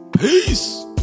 Peace